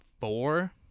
four